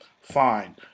fine